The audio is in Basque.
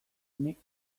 nik